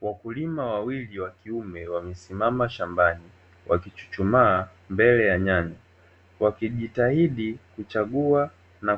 Wakulima wawili wa kiume wamesimama shambani ,wakichuchumaa mbele ya nyanya wakijitahidi kuchagua na